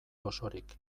osorik